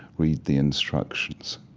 read the instructions.